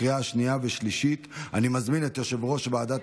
אושרה בקריאה הראשונה ותעבור לדיון בוועדת